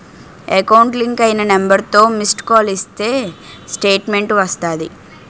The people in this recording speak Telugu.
ఎకౌంట్ లింక్ అయిన నెంబర్తో మిస్డ్ కాల్ ఇస్తే స్టేట్మెంటు వస్తాది